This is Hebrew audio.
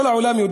כל העולם יודע